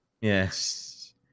Yes